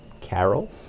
Carol